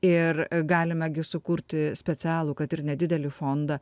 ir galime gi sukurti specialų kad ir nedidelį fondą